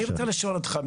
אני רוצה לשאול אותך,